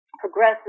progressive